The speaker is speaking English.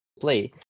play